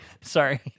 sorry